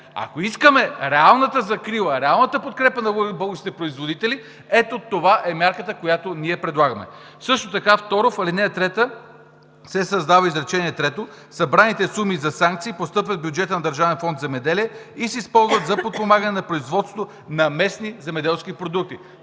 Ако искаме реалната закрила, реалната подкрепа на българските производители, ето това е мярката, която ние предлагаме. Също така, в ал. 3 се създава изречение трето: „Събраните суми за санкции постъпват в бюджета на Държавен фонд „Земеделие“ и се използват за подпомагане на производството на местни земеделски продукти.“